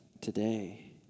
today